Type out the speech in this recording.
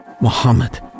Muhammad